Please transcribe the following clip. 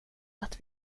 att